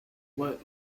what